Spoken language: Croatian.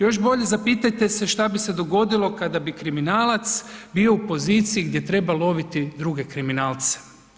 Još bolje zapitajte se šta bi se dogodilo kada bi kriminalac bio u poziciji gdje treba loviti druge kriminalce.